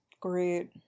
great